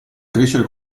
crescere